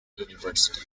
university